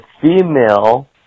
female